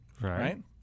right